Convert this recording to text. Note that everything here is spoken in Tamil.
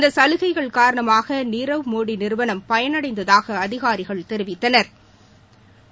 இந்த சலுகைகள் காரணமாக நீரவ்மோடி நிறுவனம் பயனடைந்ததாக அதிகாரிகள் தெரிவித்தனா்